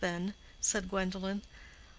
said gwendolen,